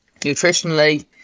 nutritionally